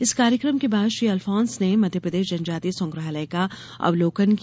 इस कार्यक्रम के बाद श्री अलफोन्स ने मध्यप्रदेश जनजातीय संग्रहालय का अवलोकन किया